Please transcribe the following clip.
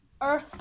Earth